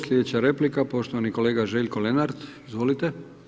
Slijedeća replika, poštovani kolega Željko Lenart, izvolite.